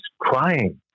crying